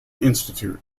institute